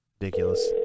Ridiculous